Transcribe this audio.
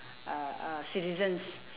uh uh citizens